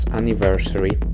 anniversary